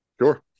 Sure